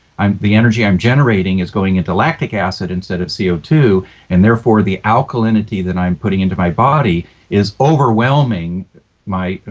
the energy i'm generating is going into lactic acid instead of c o two and therefore, the alkalinity that i'm putting into my body is overwhelming my.